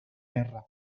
guerra